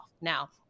Now